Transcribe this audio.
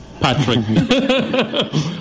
Patrick